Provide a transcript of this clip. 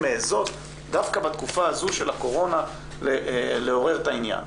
מעיזות דווקא בתקופה הזו של הקורונה לעורר את העניין.